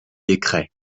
décrets